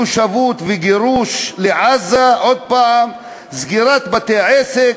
תושבות וגירוש לעזה, עוד הפעם, סגירת בתי-עסק,